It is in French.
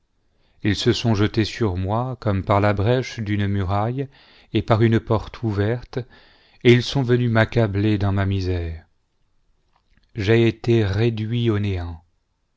ils se sont jetés sur moi comme par la brèche d'une muraille et par une porte ouverte et ils sont venus m'accabler dans ma misère j'ai été réduit au néant